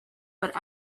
but